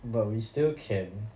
but we still can